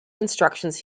instructions